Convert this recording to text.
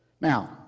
Now